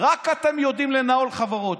רק אתם יודעים לנהל חברות,